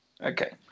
Okay